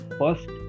first